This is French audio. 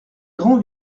grand